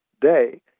day